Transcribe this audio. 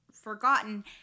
forgotten